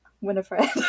Winifred